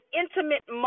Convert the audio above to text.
intimate